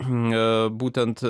nes būtent